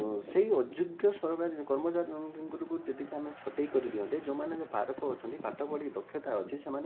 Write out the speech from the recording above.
ସେହି ଅଯୋଗ୍ୟ ସରକାରୀ କର୍ମଚାରୀ ଙ୍କୁ ଯଦି ଆମେ ଛଟେଇ କରିଦିଅନ୍ତେ ଯେଉଁମାନଙ୍କ ପାରକ ଅଛିନ୍ତି ପାଠ ପଢ଼ିକି ଦକ୍ଷତା ଅଛି ସେମାନେ